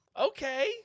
Okay